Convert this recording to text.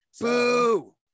Boo